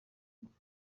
ingufu